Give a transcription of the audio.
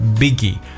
biggie